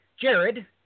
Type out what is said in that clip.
Jared